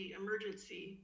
emergency